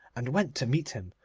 and went to meet him,